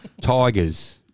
Tigers